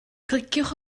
cliciwch